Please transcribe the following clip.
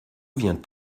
vient